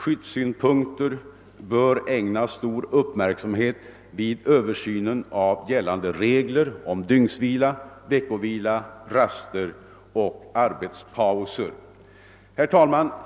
Skyddssynpunkter bör ägnas stor uppmärksamhet vid översynen av gällande regler om dygnsvila, veckovila, raster och arbetspauser. Herr talman!